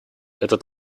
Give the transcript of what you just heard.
этот